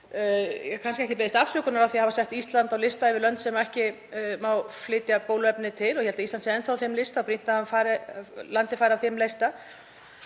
hefur ekki beðist afsökunar á því að hafa sett Ísland á lista yfir lönd sem ekki má flytja bóluefni til — ég held að Ísland sé enn þá þeim lista og brýnt að landið fari af þeim lista